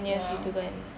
ya